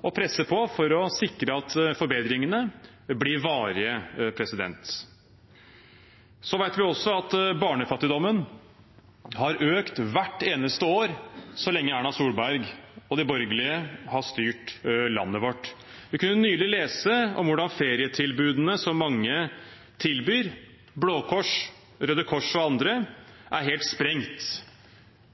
å presse på for å sikre at forbedringene blir varige. Vi vet også at barnefattigdommen har økt hvert eneste år så lenge Erna Solberg og de borgerlige har styrt landet vårt. Vi kunne nylig lese om hvordan ferietilbudene som mange tilbyr, Blå Kors, Røde Kors og andre, er helt sprengt.